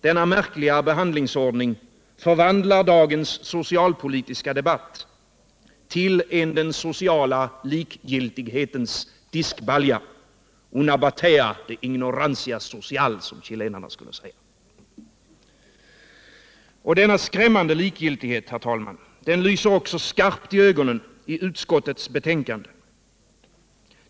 Denna märkliga behandlingsordning förvandlar dagens socialpolitiska debatt till en den sociala likgiltighetens diskbalja — una batea de ignorancia social, som chilenarna skulle säga. Och denna skrämmande likgiltighet, herr talman, lyser också skarpt i ögonen i utskottets betänkande.